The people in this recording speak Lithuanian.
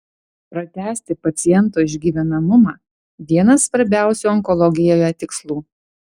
pratęsti paciento išgyvenamumą vienas svarbiausių onkologijoje tikslų